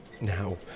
now